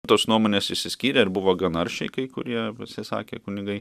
tos nuomonės išsiskyrė ir buvo gana aršiai kai kurie pasisakė kunigai